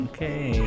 Okay